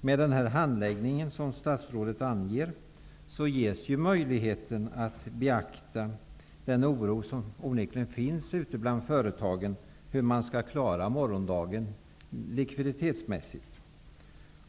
Med den handläggning som statsrådet anvisar ges ju möjlighet att beakta den oro som onekligen finns ute bland företagen inför hur man likviditationsmässigt skall klara morgondagen.